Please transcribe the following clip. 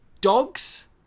dogs